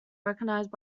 recognized